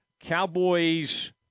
Cowboys